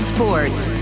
Sports